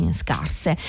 scarse